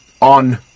on